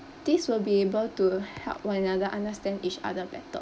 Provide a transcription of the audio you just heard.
this will be able to h~ help one another understand each other better